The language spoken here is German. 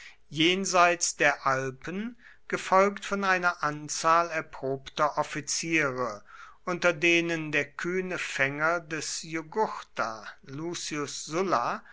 jenseits der alpen gefolgt von einer anzahl erprobter offiziere unter denen der kühne fänger des jugurtha lucius sulla